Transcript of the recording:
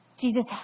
Jesus